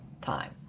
time